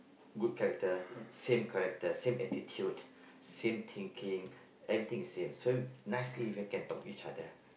good character same character same attitude same thinking everything the same so nicely people can talk to each other